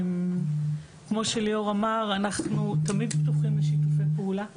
כמו שליאור אמר, אנחנו תמיד פתוחים לשיתופי פעולה.